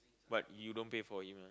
but you don't pay for him ah